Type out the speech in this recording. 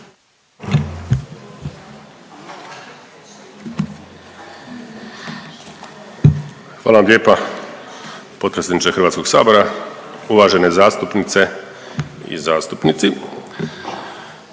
gospodine potpredsjedniče Hrvatskog sabora, uvažene zastupnice i zastupnici.